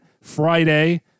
Friday